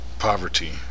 Poverty